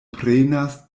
prenas